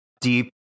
deep